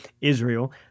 Israel